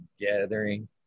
gathering